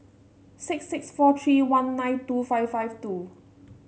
six six four three one nine two five five two